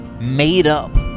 made-up